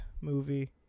movie